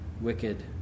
wicked